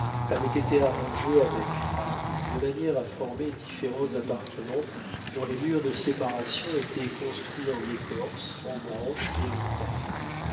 avait été arrangée avec art de manière à former différents appartements dont les murs de séparation étaient construits en écorce en branches et en terre